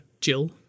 Jill